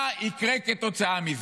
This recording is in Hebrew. מה יקרה כתוצאה מזה?